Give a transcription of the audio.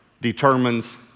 determines